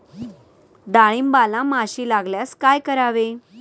डाळींबाला माशी लागल्यास काय करावे?